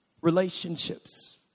relationships